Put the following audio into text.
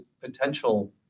potential